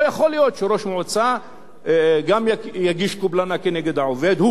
לא יכול להיות שראש מועצה גם יגיש קובלנה נגד העובד,